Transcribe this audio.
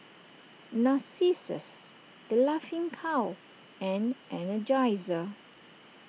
Narcissus the Laughing Cow and Energizer